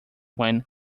when